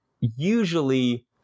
usually